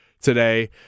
today